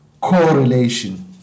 correlation